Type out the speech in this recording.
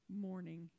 morning